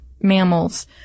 mammals